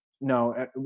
no